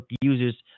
users